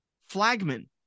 flagman